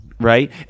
Right